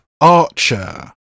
Archer